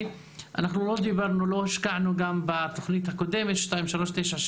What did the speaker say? אנחנו לא דיברנו, לא השקענו בתוכנית הקודמת 2397,